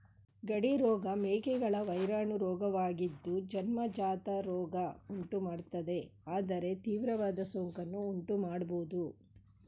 ಗಡಿ ರೋಗ ಮೇಕೆಗಳ ವೈರಾಣು ರೋಗವಾಗಿದ್ದು ಜನ್ಮಜಾತ ರೋಗ ಉಂಟುಮಾಡ್ತದೆ ಆದರೆ ತೀವ್ರವಾದ ಸೋಂಕನ್ನು ಉಂಟುಮಾಡ್ಬೋದು